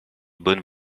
bonnes